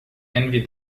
envy